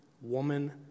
woman